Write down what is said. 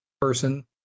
person